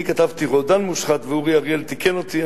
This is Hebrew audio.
אני כתבתי: רודן מושחת, ואורי אריאל תיקן אותי.